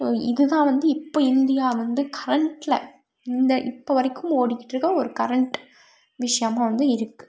so இது தான் வந்து இப்போ இந்தியா வந்து கரண்ட்டில் இந்த இப்போ வரைக்கும் ஓடிக்கிட்டிருக்கற ஒரு கரண்ட் விஷயமா வந்து இருக்குது